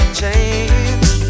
change